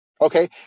okay